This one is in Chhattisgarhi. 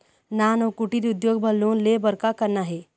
नान अउ कुटीर उद्योग बर लोन ले बर का करना हे?